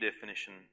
definition